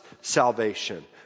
salvation